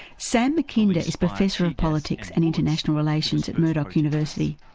sam makinda is professor of politics and international relations at murdoch university,